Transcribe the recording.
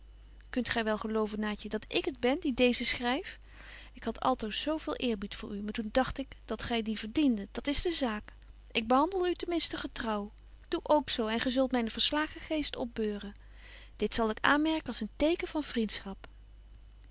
kunt gy wel geloven naatje dat ik het ben die deezen schryf ik had altoos zo veel eerbied voor u maar toen dagt ik dat gy dien verdiende dat is de zaak ik behandel u ten minsten getrouw doe ook zo en gy zult mynen verslagen geest opbeuren dit zal ik aanmerken als een teken van vriendschap